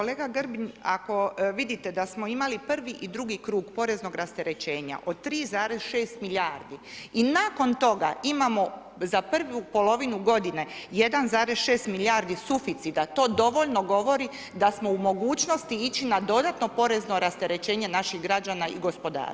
Kolega Grbin, ako vidite da smo imali prvi i drugi krug poreznog rasterećenja od 3,6 milijardi i nakon toga imamo za prvu polovinu godinu 1,6 milijardi suficita, to dovoljno govori da smo u mogućnosti ići na dodatno porezno rasterećenje naših građana i gospodarstva.